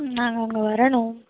நாங்கள் அங்கே வரணும்